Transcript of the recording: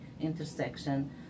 intersection